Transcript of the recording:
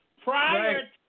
Prior